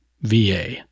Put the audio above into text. VA